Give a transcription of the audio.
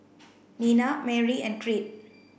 Nena Marie and Creed